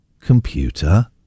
Computer